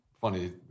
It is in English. funny